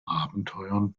abenteuern